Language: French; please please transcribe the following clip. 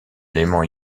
élément